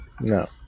No